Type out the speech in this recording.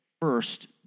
first